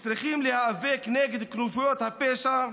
צריכים להיאבק נגד כנופיות הפשע?